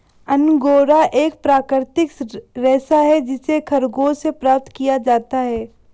angora एक प्राकृतिक रेशा है जिसे खरगोश से प्राप्त किया जाता है